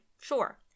sure